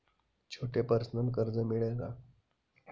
छोटे पर्सनल कर्ज मिळेल का?